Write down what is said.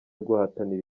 guhatanira